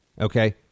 okay